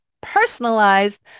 personalized